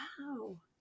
wow